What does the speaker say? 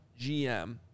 GM